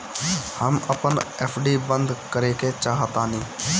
हम अपन एफ.डी बंद करेके चाहातानी